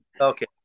okay